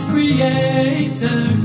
Creator